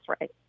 right